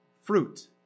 fruit